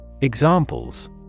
Examples